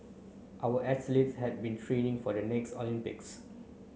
our athletes have been training for the next Olympics